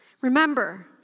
Remember